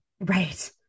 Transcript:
Right